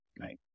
Right